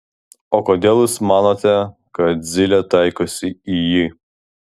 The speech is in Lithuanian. o kodėl jūs manote kad zylė taikosi į jį